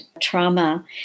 trauma